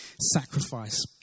sacrifice